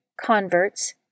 converts